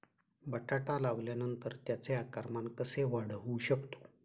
बटाटा लावल्यानंतर त्याचे आकारमान कसे वाढवू शकतो?